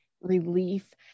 relief